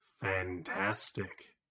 fantastic